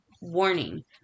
Warning